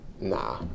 Nah